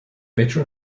better